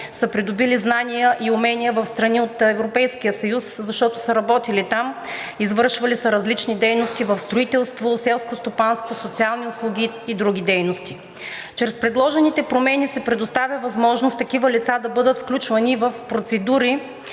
са придобили знания и умения в страни от Европейския съюз, защото са работили там, извършвали са различни дейности в строителство, селско стопанство, социални услуги и други дейности. Чрез предложените промени се предоставя възможност такива лица да бъдат включвани и в процедури